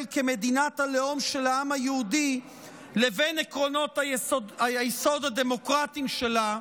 כמדינת הלאום של העם היהודי לבין עקרונות היסוד הדמוקרטיים שלה,